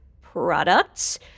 products